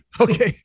okay